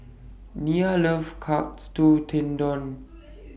Nena loves Katsu Tendon